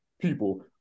People